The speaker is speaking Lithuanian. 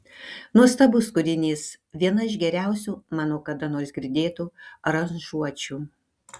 nuostabus kūrinys viena iš geriausių mano kada nors girdėtų aranžuočių